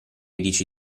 dice